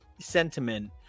sentiment